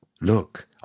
look